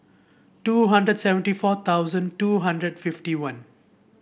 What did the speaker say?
two hundred seventy four thousand two hundred fifty one